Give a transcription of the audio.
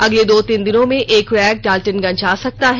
अगले दो तीन दिनों में एक रैक डालटनगंज आ सकता है